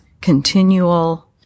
continual